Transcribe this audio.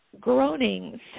groanings